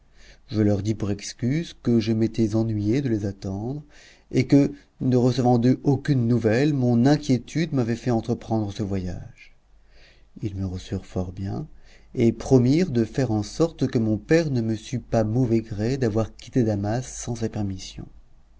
je leur dis pour excuse que je m'étais ennuyé de les attendre et que ne recevant d'eux aucunes nouvelles mon inquiétude m'avait fait entreprendre ce voyage il me reçurent fort bien et promirent de faire en sorte que mon père ne me sût pas mauvais gré d'avoir quitté damas sans sa permission